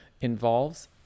involves